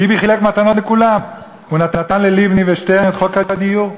ביבי חילק מתנות לכולם: הוא נתן ללבני ושטרן את חוק הגיור,